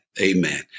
Amen